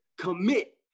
commit